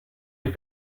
est